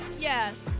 yes